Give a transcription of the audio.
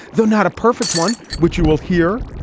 though, not a perfect one, which you will hear.